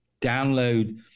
download